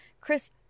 crisp